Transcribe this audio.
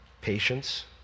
patience